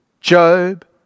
Job